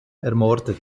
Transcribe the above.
ermordet